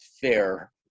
fair